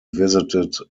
visited